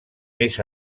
més